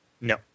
No